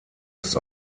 ist